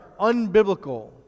unbiblical